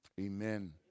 Amen